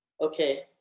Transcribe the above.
okay